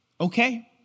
Okay